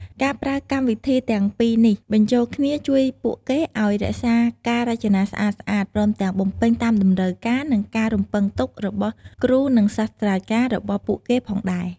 ការប្រើកម្មវិធីទាំងពីរនេះបញ្ចូលគ្នាជួយពួកគេឱ្យរក្សាការរចនាស្អាតៗ ព្រមទាំងបំពេញតាមតម្រូវការ និងការរំពឹងទុករបស់គ្រូ និងសាស្ត្រចារ្យរបស់ពួកគេផងដែរ។